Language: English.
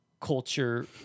culture